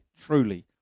truly